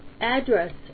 address